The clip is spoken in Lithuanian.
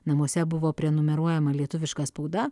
namuose buvo prenumeruojama lietuviška spauda